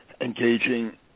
engaging